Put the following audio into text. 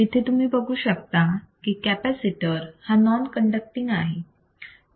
इथे तुम्ही बघू शकता की कॅपॅसिटर हा नॉन कण्डक्टींग आहे बरोबर